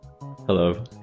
Hello